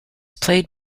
played